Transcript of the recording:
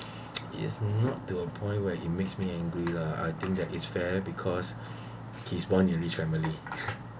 is not to a point where it makes me angry lah I think that is fair because he's born in rich family